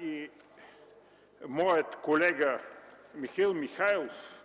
и колегата Михаил Михайлов,